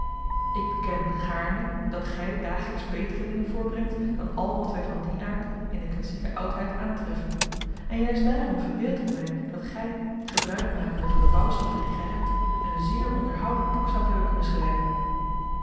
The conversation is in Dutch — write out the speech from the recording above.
ik beken gaarne dat gij dagelijks betere dingen voortbrengt dan al wat wij van dien aard in de klassieke oudheid aantreffen en juist daarom verbeeld ik mij dat gij gebruik makende van de bouwstoffen die gij hebt een zeer onderhoudend boek zoudt hebben kunnen schrijven